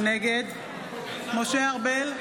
נגד משה ארבל,